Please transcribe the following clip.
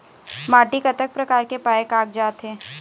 माटी कतक प्रकार के पाये कागजात हे?